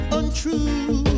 untrue